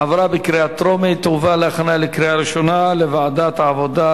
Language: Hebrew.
עברה בקריאה טרומית ותועבר להכנה לקריאה ראשונה לוועדת העבודה,